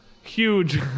huge